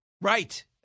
Right